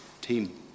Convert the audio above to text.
team